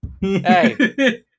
Hey